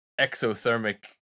exothermic